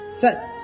First